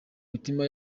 mitima